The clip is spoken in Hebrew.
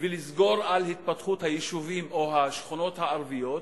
ולסגור על התפתחות היישובים או השכונות הערביות,